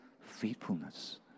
faithfulness